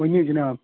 ؤنِو جناب